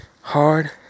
hard